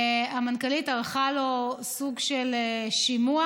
המנכ"לית ערכה לו סוג של שימוע,